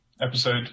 episode